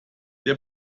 der